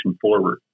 forward